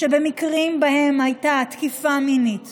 שבמקרים שבהם הייתה תקיפה מינית